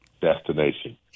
destination